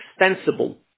extensible